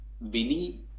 Vinny